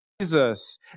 Jesus